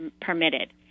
permitted